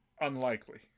unlikely